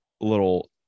little